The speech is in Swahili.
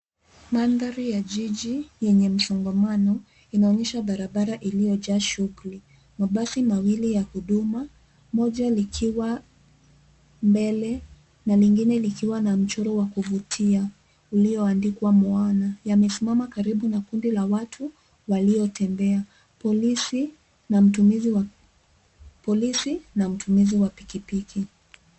Mandhari ya jiji yenye msongamano inaonyesha barabara iliyojaa shughuli. Mabasi mawili ya huduma, moja likiwa mbele na lingine likiwa na mchoro wa kuvutia ulioandikwa moana. Yamesimama karibu na kundi la watu waliotembea. Polisi na mtumizi wa pikipiki.